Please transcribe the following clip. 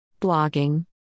Blogging